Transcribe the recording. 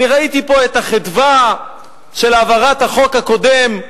אני ראיתי פה את החדווה של העברת החוק הקודם,